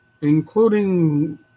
including